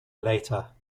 later